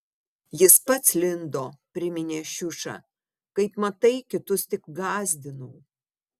jis pats lindo priminė šiuša kaip matai kitus tik gąsdinau